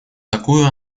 такую